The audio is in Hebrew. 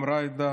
גם ג'ידא